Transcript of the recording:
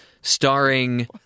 starring